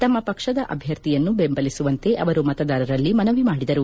ತಮ್ಮ ಪಕ್ಷದ ಅಭ್ವರ್ಥಿಯನ್ನು ಬೆಂಬಲಿಸುವಂತೆ ಅವರು ಮತದಾರರಲ್ಲಿ ಮನವಿ ಮಾಡಿದರು